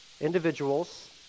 individuals